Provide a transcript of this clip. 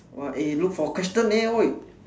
!wah! eh look for question leh !oi!